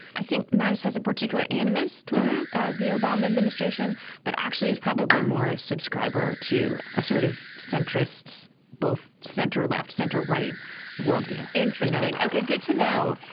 i think manny's has a particular animus toward the obama administration but actually it's probably more a subscriber to a sort of centrists both center left center right worldview. interesting. ok good to know.